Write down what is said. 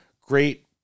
Great